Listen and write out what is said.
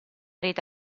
rete